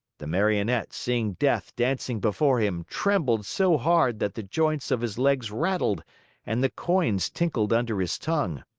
the marionette, seeing death dancing before him, trembled so hard that the joints of his legs rattled and the coins tinkled under his tongue.